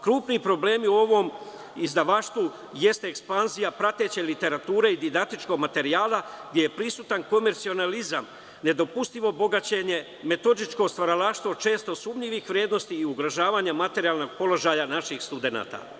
Krupni problemi u ovom izdavaštvu jeste ekspanzija prateće literature i didaktičkog materijala gde je prisutan komercionalizam, nedopustivo bogaćenje, metodičko stvaralaštvo često sumnjivih vrednosti i ugrožavanje materijalnog položaja naših studenata.